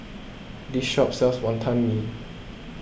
this shop sells Wonton Mee